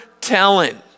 talent